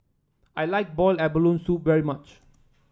I like boil abalone soup very much